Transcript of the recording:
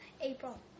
April